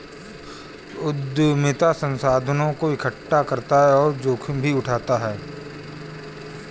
उद्यमिता संसाधनों को एकठ्ठा करता और जोखिम भी उठाता है